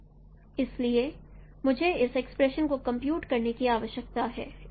इसलिए मुझे इस एक्सप्रेशन को कंप्यूट करने की आवश्यकता है